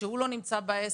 כשהוא לא נמצא בעסק?